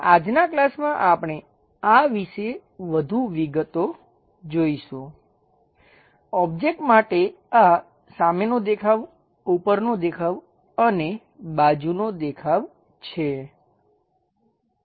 આજના ક્લાસમાં આપણે આ વિશે વધુ વિગતો જોઈશું ઓબ્જેક્ટ માટે આ સામેનો દેખાવ ઉપરનો દેખાવ અને બાજુનો દેખાવ છે